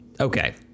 Okay